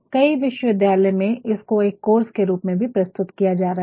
कई विश्वविद्यालयों में इसको एक कोर्स के रूप में भी प्रस्तुत किया जा रहा है